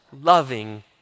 Loving